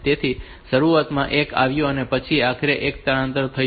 તેથી શરૂઆતમાં 1 આવ્યો અને પછી આખરે તે 1 સ્થળાંતર થયો